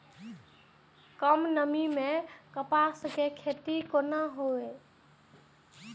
कम नमी मैं कपास के खेती कोना हुऐ?